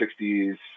60s